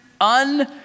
un